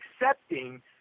accepting